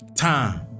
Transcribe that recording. Time